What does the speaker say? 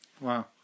Wow